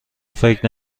فکر